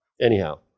Anyhow